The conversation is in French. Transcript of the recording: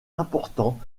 importants